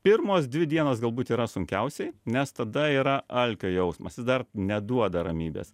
pirmos dvi dienos galbūt yra sunkiausiai nes tada yra alkio jausmas jis dar neduoda ramybės